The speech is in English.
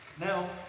Now